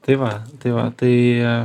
tai va tai va tai